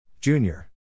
Junior